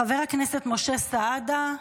חבר הכנסת משה סעדה,